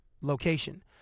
location